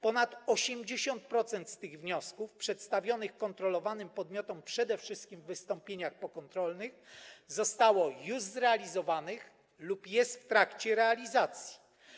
Ponad 80% z tych wniosków przedstawionych kontrolowanym podmiotom przede wszystkim w wystąpieniach pokontrolnych zostało już zrealizowanych lub jest w trakcie realizacji.